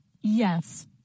Yes